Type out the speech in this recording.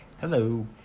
hello